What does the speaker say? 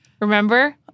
Remember